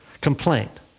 complaint